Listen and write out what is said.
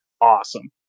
awesome